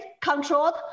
controlled